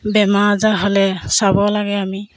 বেমাৰ আজাৰ হ'লে চাব লাগে আমি